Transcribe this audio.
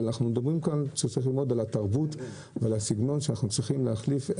אבל אנחנו מדברים על התרבות ועל הסגנון שצריך להחליף אותו.